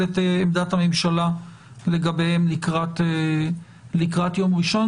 את עמדת הממשלה לגביהם לקראת יום ראשון.